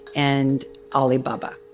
and alibaba.